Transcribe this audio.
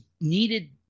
needed